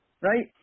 right